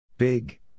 Big